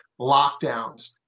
lockdowns